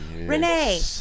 Renee